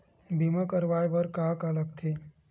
बीमा करवाय बर का का लगथे?